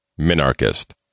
minarchist